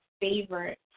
favorite